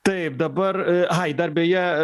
taip dabar ai dar beje